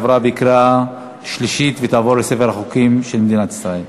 עברה בקריאה שלישית ותעבור לספר החוקים של מדינת ישראל.